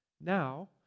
Now